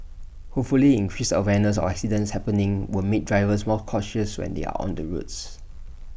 hopefully increased awareness of accidents happening would make drivers more cautious when they are on the roads